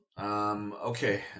Okay